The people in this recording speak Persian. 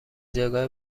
جایگاه